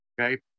Okay